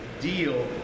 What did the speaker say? deal